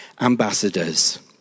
ambassadors